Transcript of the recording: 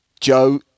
Joe